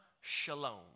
Shalom